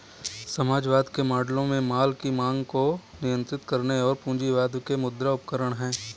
समाजवाद के मॉडलों में माल की मांग को नियंत्रित करने और पूंजीवाद के मुद्रा उपकरण है